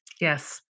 Yes